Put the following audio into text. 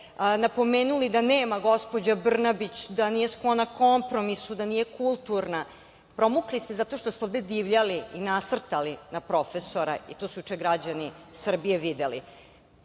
napomenuli da nema gospođa Brnabić, da nije sklona kompromisu, da nije kulturna, promukli ste zato što ste ovde divljali i nasrtali na profesora, i to su juče građani Srbije videli.